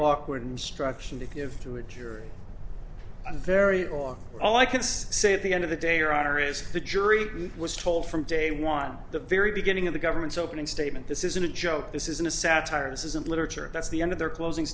awkward instruction to give to a jury and very wrong all i can say at the end of the day your honor is the jury was told from day one the very beginning of the government's opening statement this isn't a joke this isn't a satire this isn't literature that's the end of their closing